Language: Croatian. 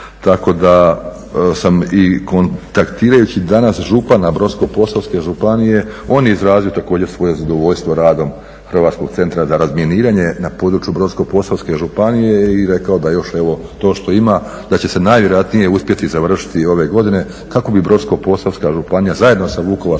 Tako da sam i kontaktirajući danas župana Brodsko-posavske županije on je izrazio također svoje zadovoljstvo radom Hrvatskog centra za razminiranje na području Brodsko-posavske županije i rekao da još evo to što ima da će se najvjerojatnije uspjeti završiti ove godine kako bi Brodsko-posavska županija zajedno sa